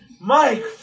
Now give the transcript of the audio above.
Mike